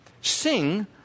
sing